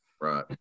right